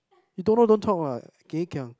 you don't know don't talk lah geh kiang